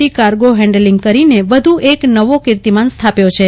T cargo handling કરીને વધુ એક નવો કીર્તિમાન સ્થાપ્યો છે